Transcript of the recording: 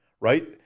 right